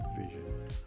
vision